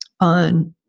on